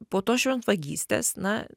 po tos šventvagystės na